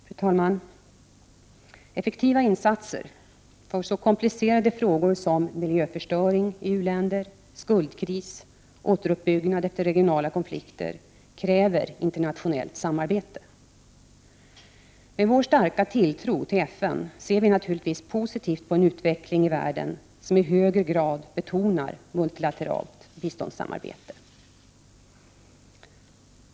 Fru talman! Effektiva insatser i så komplicerade frågor som miljöförstöring i u-länderna, skuldkris och återuppbyggnad efter regionala konflikter kräver internationellt samarbete. Med vår starka tilltro till FN ser vi naturligtvis positivt på en utveckling i världen som i högre grad betonar det multilaterala biståndssamarbetet.